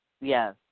Yes